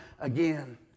again